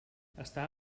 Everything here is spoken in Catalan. està